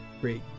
great